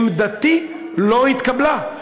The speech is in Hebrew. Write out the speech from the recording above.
עמדתי לא התקבלה.